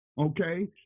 Okay